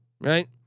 right